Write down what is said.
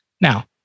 Now